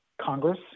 Congress